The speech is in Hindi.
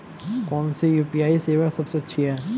कौन सी यू.पी.आई सेवा सबसे अच्छी है?